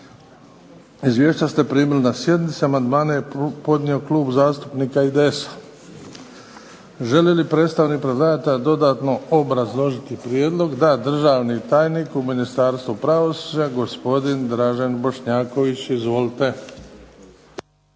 Izvješća ste primili na sjednicama. Amandmane je podnio Klub zastupnika IDS-a. Želi li predstavnik predlagatelja dodatno obrazložiti prijedlog? Da. Državni tajnik u Ministarstvu pravosuđa, gospodin Dražen Bošnjaković. Izvolite.